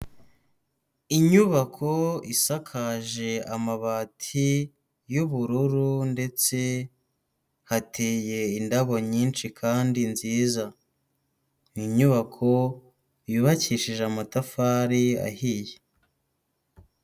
Inyubako isakaje amabati y'ubururu ndetse hateye indabo nyinshi kandi nziza. Ni inyubako yubakishije amatafari ahiye.